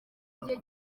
igihe